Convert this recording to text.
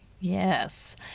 Yes